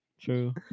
True